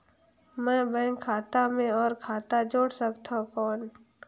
मैं बैंक खाता मे और खाता जोड़ सकथव कौन?